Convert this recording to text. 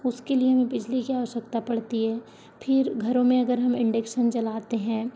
उसके लिए हमें बिजली की आवश्यकता पड़ती है फिर घरों में अगर हम इंडक्शन चलाते हैं